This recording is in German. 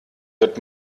wird